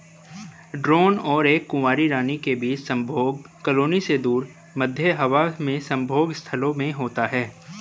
drone और एक कुंवारी रानी के बीच संभोग कॉलोनी से दूर, मध्य हवा में संभोग स्थलों में होता है